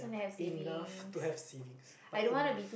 enough to have savings but enough